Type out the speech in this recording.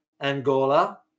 Angola